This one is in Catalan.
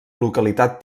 localitat